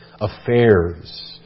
affairs